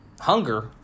hunger